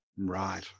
right